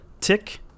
tick